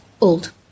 old